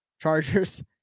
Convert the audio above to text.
Chargers